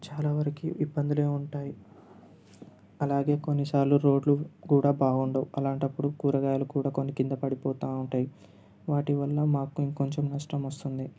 చాలా వరకు ఇబ్బందులే ఉంటాయి అలాగే కొన్నిసార్లు రోడ్లు కూడా బాగుండవు అలాంటప్పుడు కూరగాయలు కూడా కొన్ని క్రింద పడిపోతూ ఉంటాయి వాటి వల్ల మాకు ఇంకా కొంచెం నష్టం వస్తుంది